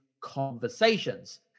conversations